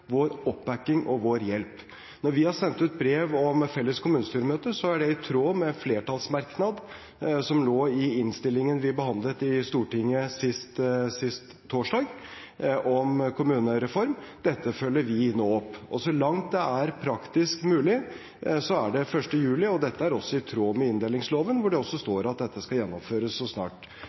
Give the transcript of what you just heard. vår støtte, vår oppbacking og vår hjelp. Når vi har sendt ut brev om felles kommunestyremøter, er det i tråd med en flertallsmerknad som lå i innstillingen vi behandlet i Stortinget sist torsdag, om kommunereformen. Dette følger vi nå opp. Så langt det er praktisk mulig, er fristen 1. juli. Dette er i tråd med inndelingsloven, hvor det står at dette skal gjennomføres så snart